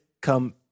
come